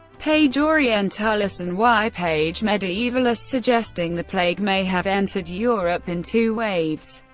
page orientalis and y. page medievalis, suggesting the plague may have entered europe in two waves.